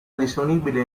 disponibile